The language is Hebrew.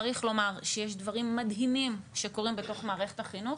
צריך לומר שיש דברים מדהימים שקורים בתוך מערכת החינוך,